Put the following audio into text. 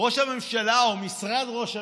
ראש הממשלה, או משרד ראש הממשלה,